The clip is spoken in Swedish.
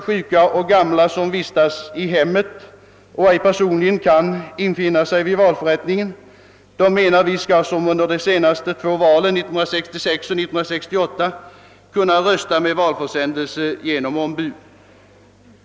Sjuka och gamla som vistas i hemmet och ej personligen kan infinna sig vid valförrättningen bör enligt vår mening på samma sätt som under de senaste två valen, 1966 och 1968, kunna rösta med valförsändelse genom ombud.